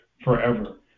forever